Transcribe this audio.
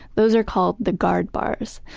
those are called the guard bars.